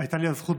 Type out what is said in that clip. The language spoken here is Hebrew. הייתה לי הזכות,